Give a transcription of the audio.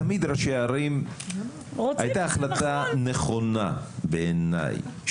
תמיד ראשי הערים הייתה החלטה נכונה בעיניי